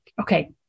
Okay